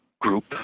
group